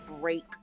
break